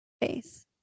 face